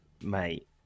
Mate